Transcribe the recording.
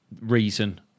reason